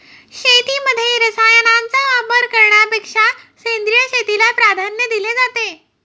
शेतीमध्ये रसायनांचा वापर करण्यापेक्षा सेंद्रिय शेतीला प्राधान्य दिले जाते